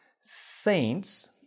saints